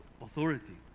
authority